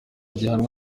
gihanwa